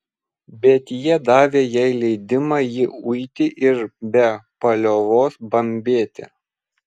bet jie davė jai leidimą jį uiti ir be paliovos bambėti